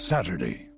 Saturday